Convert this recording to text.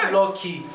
lucky